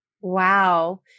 Wow